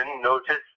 notice